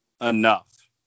Enough